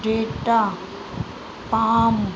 data palm